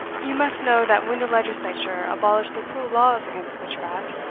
you must know that when the legislature abolished the cruel laws against witchcraft,